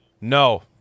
No